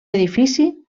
edifici